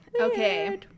Okay